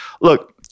Look